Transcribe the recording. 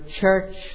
church